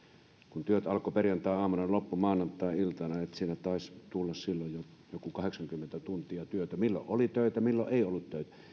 kun työt alkoivat perjantaiaamuna ne loppuivat maanantai iltana eli siinä taisi tulla silloin jo joku kahdeksankymmentä tuntia työtä milloin oli töitä milloin ei ollut töitä